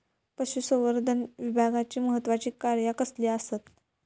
पशुसंवर्धन विभागाची महत्त्वाची कार्या कसली आसत?